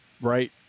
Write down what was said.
right